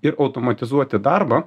ir automatizuoti darbą